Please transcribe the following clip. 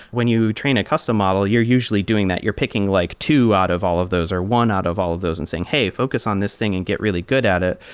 when you train a custom model, you're usually doing that. you're picking like two out of all of those, or one out of all of those and saying, hey! focus on this thing and get really good at it.